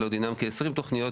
לא דינן כ-עשרים תוכניות.